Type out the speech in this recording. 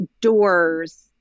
doors